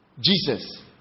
Jesus